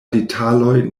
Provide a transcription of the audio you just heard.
detaloj